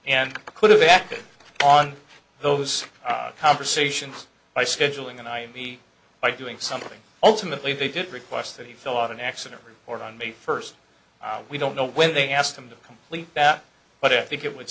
and could have acted on those conversations by scheduling and i be by doing something ultimately they did request that he fill out an accident report on may first we don't know when they asked them to complete that but i think it would